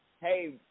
hey